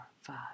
five